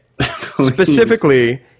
Specifically